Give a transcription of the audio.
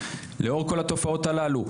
לאור כל התופעות הללו,